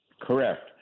Correct